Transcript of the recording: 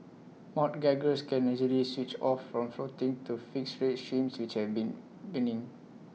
mortgagors can easily switch off from floating to fixed rate schemes which have been